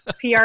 PR